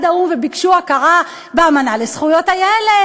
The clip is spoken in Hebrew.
האו"ם וביקשו הכרה באמנה לזכויות הילד,